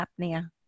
apnea